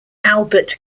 albert